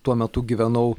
tuo metu gyvenau